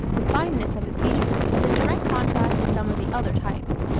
the fineness of his features is in direct contrast to some of the other types.